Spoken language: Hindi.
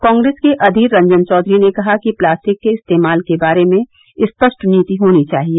कांग्रेस के अधीर रंजन चौधरी ने कहा कि प्लास्टिक के इस्तेमाल के बारे में स्पष्ट नीति होनी चाहिए